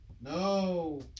No